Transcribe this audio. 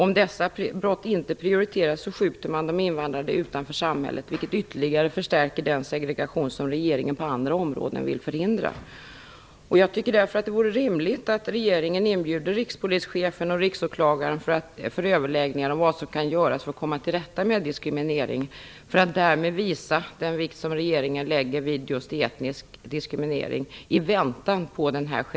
Om dessa brott inte prioriteras, skjuter man ut de invandrade från samhället, vilket ytterligare förstärker den segregation som regeringen på andra områden vill förhindra. Jag tycker därför att det vore rimligt att regeringen i väntan på den generella översynen inbjuder rikspolischefen och riksåklagaren för överläggningar om vad som kan göras för att komma till rätta med diskriminering och därmed visar vilken vikt som regeringen lägger vid etnisk diskriminering.